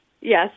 Yes